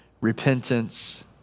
repentance